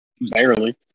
Barely